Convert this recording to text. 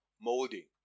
molding